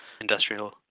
industrial